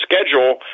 schedule